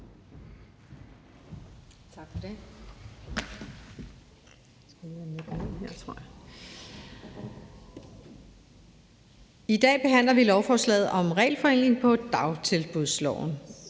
I dag behandler vi lovforslaget om regelforenkling i dagtilbudsloven.